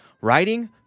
writing